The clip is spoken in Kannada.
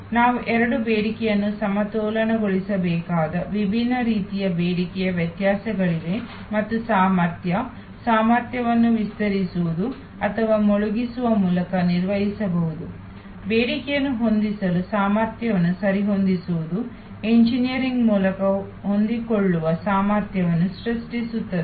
ನಾವು ಎರಡೂ ಬೇಡಿಕೆಯನ್ನು ಸಮತೋಲನಗೊಳಿಸಬೇಕಾದ ವಿಭಿನ್ನ ರೀತಿಯ ಬೇಡಿಕೆಯ ವ್ಯತ್ಯಾಸಗಳಿವೆ ಮತ್ತು ಸಾಮರ್ಥ್ಯ ಸಾಮರ್ಥ್ಯವನ್ನು ವಿಸ್ತರಿಸುವುದು ಅಥವಾ ಮುಳುಗಿಸುವ ಮೂಲಕ ನಿರ್ವಹಿಸಬಹುದು ಬೇಡಿಕೆಯನ್ನು ಹೊಂದಿಸಲು ಸಾಮರ್ಥ್ಯವನ್ನು ಸರಿಹೊಂದಿಸುವುದು ಎಂಜಿನಿಯರಿಂಗ್ ಮೂಲಕ ಹೊಂದಿಕೊಳ್ಳುವ ಸಾಮರ್ಥ್ಯವನ್ನು ಸೃಷ್ಟಿಸುತ್ತಿದೆ